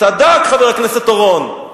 צדק חבר הכנסת אורון: